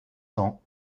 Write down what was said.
cents